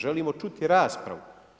Želimo čuti raspravu.